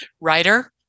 writer